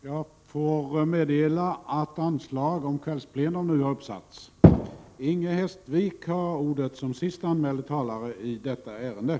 Jag får meddela att anslag nu har satts upp om att detta sammanträde skall fortsätta efter kl. 19.00.